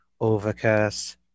Overcast